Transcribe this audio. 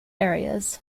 areas